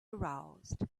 aroused